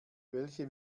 welche